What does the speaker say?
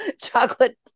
chocolate